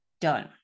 done